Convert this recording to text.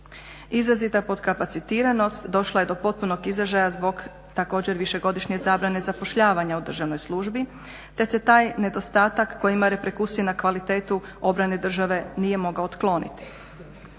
Izrazita potkapacitiranost došla je do potpunog izražaja zbog također višegodišnje zabrane zapošljavanja u državnoj službi, te se taj nedostatak koji ima … na kvalitetu obrane države nije mogao otkloniti.